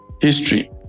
history